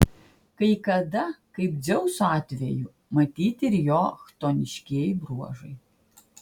kai kada kaip dzeuso atveju matyti ir jo chtoniškieji bruožai